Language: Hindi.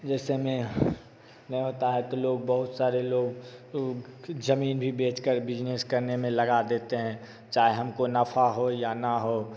जैसे होता है तो लोग बहुत सारे लोग ज़मीन भी बेचकर बिज़नेस करने में लगा देते हैं चाहे हमको नफा हो या ना हो